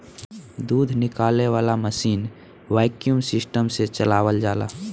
दूध निकाले वाला मशीन वैक्यूम सिस्टम से चलावल जाला